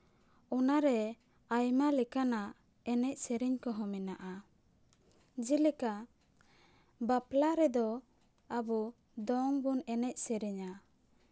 ᱚᱱᱟᱨᱮ ᱟᱭᱢᱟ ᱞᱮᱠᱟᱱᱟᱜ ᱮᱱᱮᱡᱼᱥᱮᱨᱮᱧ ᱠᱚᱦᱚᱸ ᱢᱮᱱᱟᱜᱼᱟ ᱡᱮᱞᱮᱠᱟ ᱵᱟᱯᱞᱟ ᱨᱮᱫᱚ ᱟᱵᱚ ᱫᱚᱝ ᱵᱚᱱ ᱮᱱᱮᱡᱼᱥᱮᱨᱮᱧᱟ